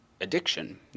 addiction